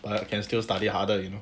but I can still study harder you know